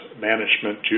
management